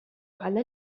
على